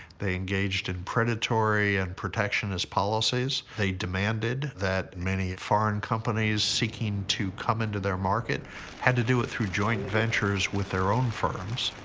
they engaged in predatory and protectionist policies. they demanded that many foreign companies seeking to come into their market had to do it through joint ventures with their own firms.